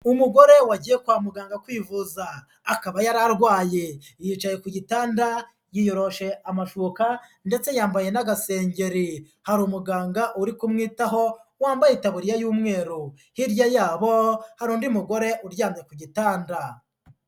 Umugore wagiye kwa muganga kwivuza. Akaba yari arwaye. Yicaye ku gitanda, yiyoroshe amashoka ndetse yambaye n'agasenge. Hari umuganga uri kumwitaho, wambaye itaburiya y'umweru. Hirya yabo, hari undi mugore uryamye ku gitanda.